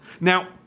Now